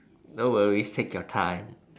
no worries take your time